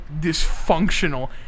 dysfunctional